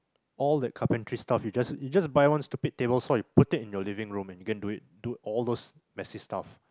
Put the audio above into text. all that carpentry stuff you just you just buy one stupid table before you put it in your living room and you can do it do all those messy stuff